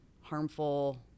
harmful